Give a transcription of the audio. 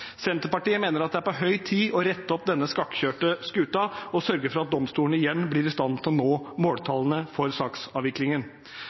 Senterpartiet mener det er på høy tid å rette opp denne skakkjørte skuta og sørge for at domstolene igjen blir i stand til å nå